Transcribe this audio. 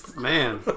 man